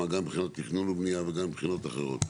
גם מבחינת תכנון ובניה וגם מבחינות אחרות.